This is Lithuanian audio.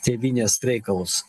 tėvynės reikalus